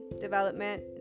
development